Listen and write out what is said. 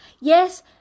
Yes